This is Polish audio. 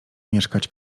mieszkać